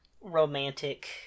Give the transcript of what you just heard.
romantic